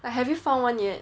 like have you found one yet